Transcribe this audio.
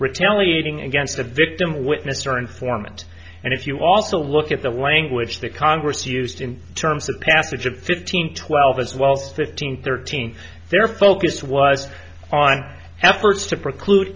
retaliating against the victim witness or informant and if you also look at the language that congress used in terms of passage of fifteen twelve as well as fifteen thirteen their focus was on efforts to preclude